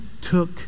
took